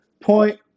Point